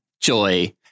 Joy